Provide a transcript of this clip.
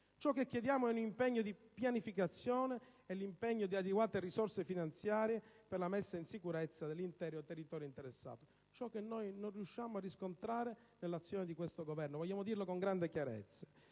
Ciò che chiediamo è un impegno di pianificazione, l'impegno a stanziare adeguate risorse finanziarie per la messa in sicurezza dell'intero territorio interessato cosa che non riusciamo a riscontrare nell'azione di questo Governo, vogliamo dirlo con grande chiarezza.